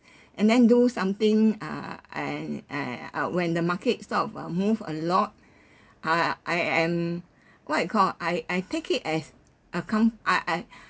and then do something err and uh I'll when the market sort of uh move a lot uh I am what you call I I take it as a com~ uh